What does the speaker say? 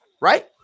right